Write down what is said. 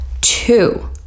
two